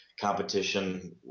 competition